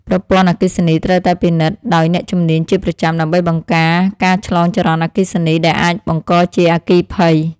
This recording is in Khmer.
ប្រព័ន្ធអគ្គិសនីត្រូវតែពិនិត្យដោយអ្នកជំនាញជាប្រចាំដើម្បីបង្ការការឆ្លងចរន្តអគ្គិសនីដែលអាចបង្កជាអគ្គិភ័យ។